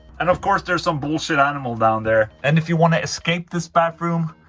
and of course, there's some bullshit animal down there and if you want to escape this bathroom,